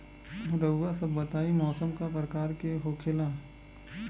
रउआ सभ बताई मौसम क प्रकार के होखेला?